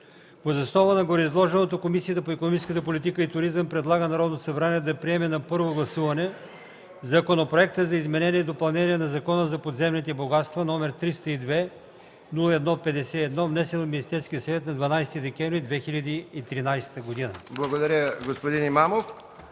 основа на гореизложеното Комисията по икономическата политика и туризъм предлага на Народното събрание да приеме на първо гласуване Законопроект за изменение и допълнение на Закона за подземните богатства, № 302-01-51, внесен от Министерския съвет на 12 декември 2013 г.”